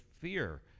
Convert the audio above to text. fear